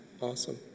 Awesome